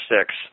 six